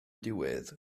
diwedd